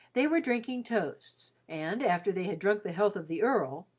they were drinking toasts and, after they had drunk the health of the earl,